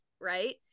right